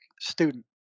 student